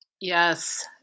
yes